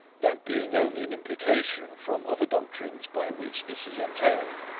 that being only an implication from other doctrines by which this is entailed.